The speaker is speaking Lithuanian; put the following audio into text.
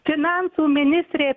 finansų ministrė